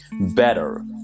better